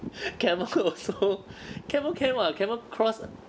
camel also camel can [what] camel cross